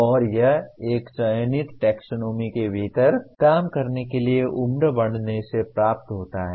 और यह एक चयनित टैक्सोनॉमी के भीतर काम करने के लिए उम्र बढ़ने से प्राप्त होता है